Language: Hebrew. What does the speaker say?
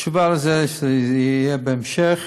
התשובה לזה, שזה יהיה בהמשך,